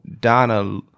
donna